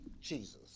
Jesus